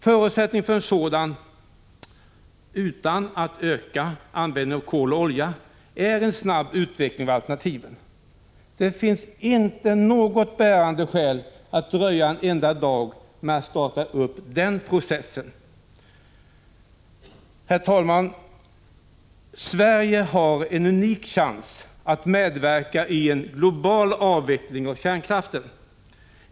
Förutsättningen för att en sådan kan ske utan ökad användning av kol och olja är en snabb utveckling av alternativen. Det finns inte något bärande skäl att dröja en enda dag med att starta den processen. Herr talman! Sverige har en unik chans att medverka i en global avveckling av kärnkraften.